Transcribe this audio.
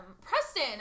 Preston